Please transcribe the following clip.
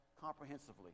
comprehensively